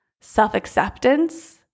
Self-acceptance